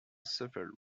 suffered